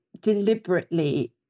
deliberately